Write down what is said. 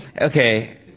Okay